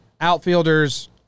Outfielders